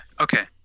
Okay